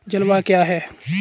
जलवायु क्या है?